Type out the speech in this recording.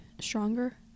stronger